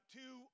two